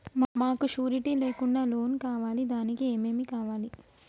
మాకు షూరిటీ లేకుండా లోన్ కావాలి దానికి ఏమేమి కావాలి?